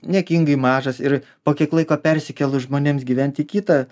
niekingai mažas ir po kiek laiko persikėlus žmonėms gyvent į kitą